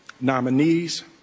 nominees